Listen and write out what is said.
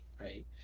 right